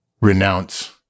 renounce